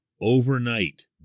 overnight